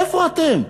איפה אתם?